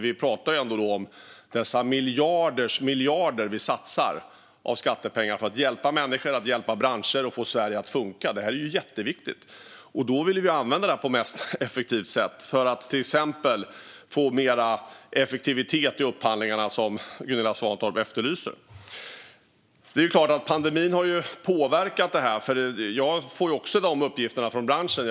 Vi talar ändå om dessa miljarders miljarder skattepengar som vi satsar för att hjälpa människor, hjälpa branscher och få Sverige att funka, vilket är jätteviktigt. Då vill vi använda dem på mest effektiva sätt för att till exempel få mer effektivitet i upphandlingarna, som Gunilla Svantorp efterlyser. Det är klart att pandemin har påverkat detta. Jag får uppgifter om det från branschen.